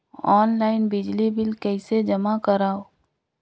Online बिजली bill कइसे जमा करव?